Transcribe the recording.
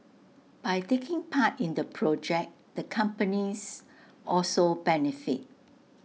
by taking part in the project the companies also benefit